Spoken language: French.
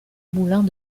moulins